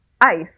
ICE